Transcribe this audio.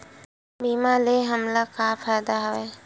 बीमा ले हमला का फ़ायदा हवय?